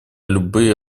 любые